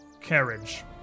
carriage